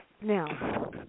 Now